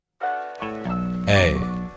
Hey